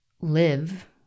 live